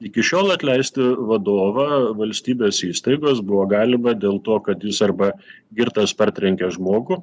iki šiol atleisti vadovą valstybės įstaigos buvo galima dėl to kad jis arba girtas partrenkė žmogų